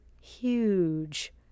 huge